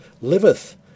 liveth